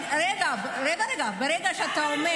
רגע, רגע, ברגע שאתה אומר